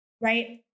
right